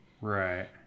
Right